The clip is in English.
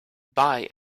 buy